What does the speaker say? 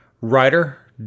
writer